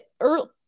early